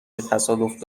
تصادف